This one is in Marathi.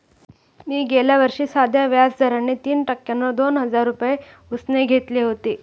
मी गेल्या वर्षी साध्या व्याज दराने तीन टक्क्यांवर दोन हजार रुपये उसने घेतले होते